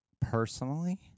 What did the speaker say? personally